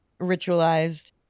Ritualized